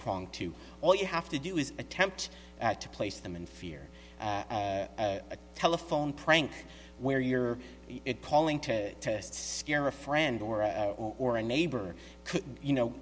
prong to all you have to do is attempt to place them in fear a telephone prank where you're palling to test scare a friend or or a neighbor could you know